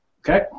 Okay